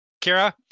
Kira